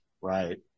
Right